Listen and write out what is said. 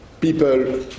people